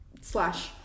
Slash